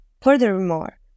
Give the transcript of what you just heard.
Furthermore